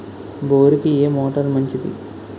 బోరుకి ఏ మోటారు మంచిది?